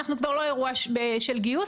אנחנו לא באירוע של גיוס,